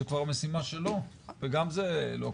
זאת כבר משימה שלו, וגם זה לא קרה.